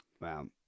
Wow